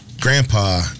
grandpa